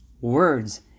words